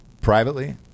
Privately